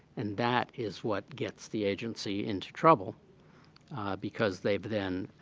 and that is what gets the agency into trouble because they've then